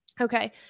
okay